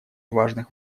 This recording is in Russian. важных